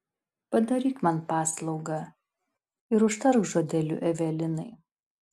padaryk man paslaugą ir užtark žodeliu evelinai